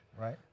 right